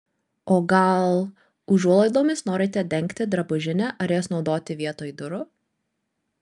o gal užuolaidomis norite dengti drabužinę ar jas naudoti vietoj durų